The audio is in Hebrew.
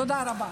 תודה רבה.